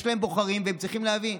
יש להן בוחרים וצריכים להביא.